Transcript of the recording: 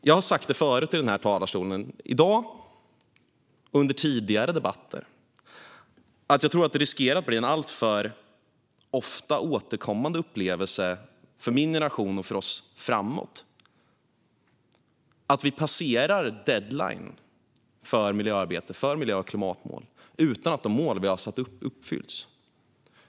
Jag har sagt det förut i den här talarstolen, i dag och i tidigare debatter: Jag tror att det finns risk att det blir en alltför ofta återkommande upplevelse för min generation och för oss alla framöver att vi passerar deadline för de miljö och klimatmål vi satt upp utan att de uppfyllts.